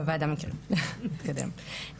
בוועדה מכירים אז נתקדם.